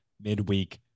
midweek